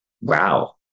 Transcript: Wow